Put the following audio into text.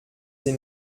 sie